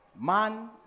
man